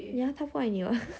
ya 他不爱你 [what]